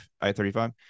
I-35